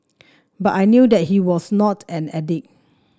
but I knew that he was not an addict